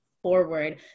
forward